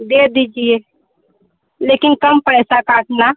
दे दीजिए लेकिन कम पैसा काटना